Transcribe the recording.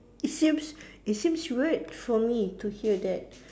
it seems it seems weird for me to hear that